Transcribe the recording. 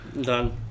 Done